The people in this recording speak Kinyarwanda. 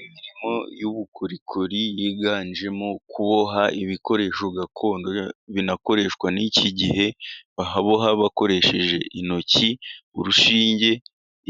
Imirimo y'ubukorikori yiganjemo kuboha ibikoresho gakondo binakoreshwa n'iki gihe. Baboha bakoresheje intoki, urushinge,